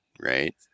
right